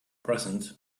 present